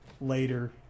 later